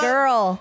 Girl